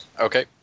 Okay